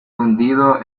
hundido